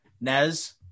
Nez